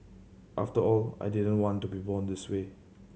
after all I didn't want to be born this way